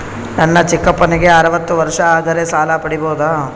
ನನ್ನ ಚಿಕ್ಕಪ್ಪನಿಗೆ ಅರವತ್ತು ವರ್ಷ ಆದರೆ ಸಾಲ ಪಡಿಬೋದ?